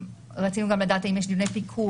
רצינו גם ידעתי האם יש פיקוח,